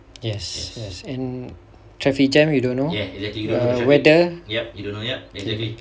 yes yes and traffic jam you don't know whether